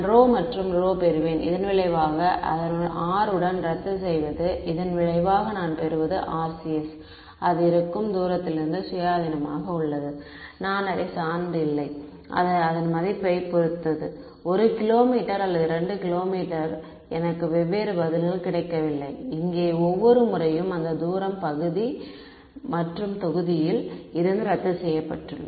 நான் ρ மற்றும் ρ பெறுவேன் இதன் விளைவாக இந்த r உடன் ரத்து செய்வது இதன் விளைவாக நாம் பெறுவது RCS அது இருக்கும் தூரத்திலிருந்து சுயாதீனமாக உள்ளது நான் அதை சார்ந்து இல்லை அது அதன் மதிப்பைப் பொறுத்து 1 கிலோமீட்டர் அல்லது 2 கிலோமீட்டர் எனக்கு வெவ்வேறு பதில்கள் கிடைக்கவில்லை இங்கே ஒவ்வொரு முறையும் அந்த தூரம் பகுதி மற்றும் தொகுதியில் இருந்து ரத்து செய்யப்பட்டுள்ளது